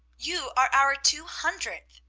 you are our two hundredth!